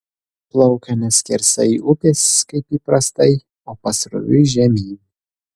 plaukia ne skersai upės kaip įprastai o pasroviui žemyn